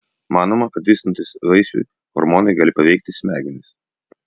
manoma kad vystantis vaisiui hormonai gali paveikti smegenis